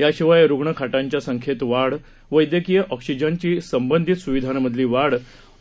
याशिवाय रुग्णखाटांच्या संख्येत वाढ वैद्यकीय ऑक्सिजनशी संबंधित सुविधांमधली वाढ